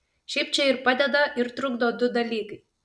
šiaip čia ir padeda ir trukdo du dalykai